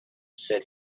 said